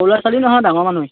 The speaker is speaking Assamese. সৰু ল'ৰা ছোৱালী নহয় ডাঙৰ মানুহেই